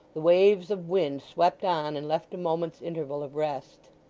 the waves of wind swept on, and left a moment's interval of rest.